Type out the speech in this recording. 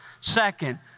second